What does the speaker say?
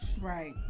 right